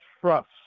trust